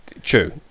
true